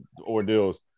ordeals